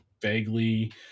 vaguely